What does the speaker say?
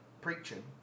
preaching